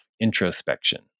introspection